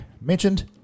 mentioned